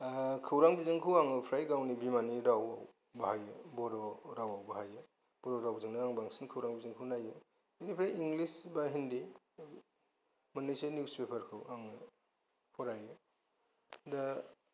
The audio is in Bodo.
ओ खौरां बिजोंखौ आङो फ्राय गावनि बिमानि राव बाहायो बर' रावाव बाहायो बर' रावजोंनो बांसिन आं खौरां बिजोंखौ नायो बे इंग्लिस बा हिन्दि मोननैसे निउस पेपारखौ आं फरायो दा